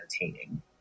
entertaining